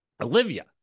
Olivia